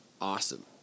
awesome